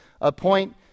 appoint